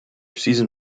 season